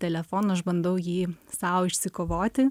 telefono aš bandau jį sau išsikovoti